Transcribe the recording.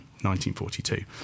1942